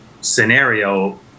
scenario